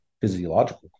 physiological